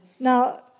Now